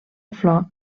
flor